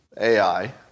AI